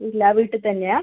ഇല്ലേ വീട്ടിൽ തന്നെയാണോ